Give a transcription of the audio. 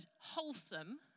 wholesome